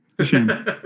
shame